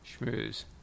Schmooze